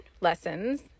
lessons